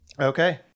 Okay